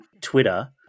Twitter